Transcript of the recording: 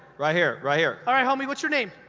right here, right here. alright homie, what's your name?